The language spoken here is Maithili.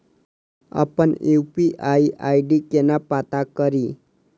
अप्पन यु.पी.आई आई.डी केना पत्ता कड़ी?